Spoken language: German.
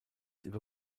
über